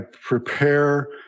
prepare